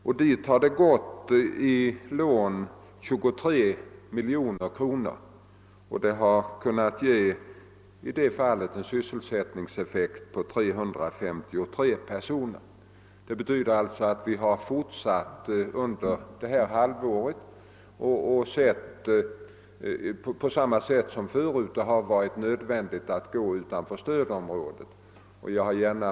Dessa senare företag har i lokaliseringsstöd beviljats lån på tillsammans 23 miljoner kronor, vilket fått en sysselsättningseffekt för 353 personer. Detta betyder alltså att vi under det senaste halvåret på samma sätt som tidigare när vi ansett det nödvändigt gått utanför stödområdet med våra åtgärder.